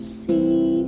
see